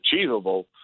achievable